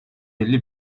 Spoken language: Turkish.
elli